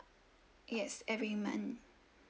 yes every month